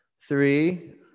Three